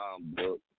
book